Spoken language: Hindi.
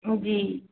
जी